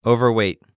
Overweight